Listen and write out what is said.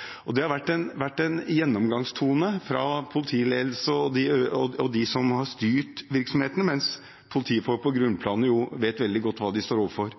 og da stigmatiserer vi forskjellige områder. Det har vært en gjennomgangstone fra politiledelsen og dem som har styrt virksomheten, mens politifolk på grunnplanet veldig godt vet hva de står overfor.